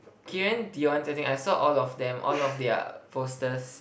Keiran Dion Jia-Qing I saw all of them all of their poster